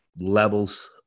levels